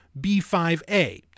B5A